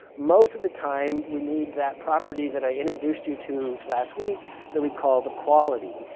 most of the time we need that property that i introduced you to last week that we called the quality.